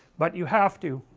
but you have to